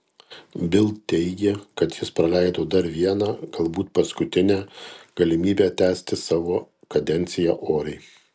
bild teigė kad jis praleido dar vieną galbūt paskutinę galimybę tęsti savo kadenciją oriai